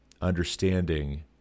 understanding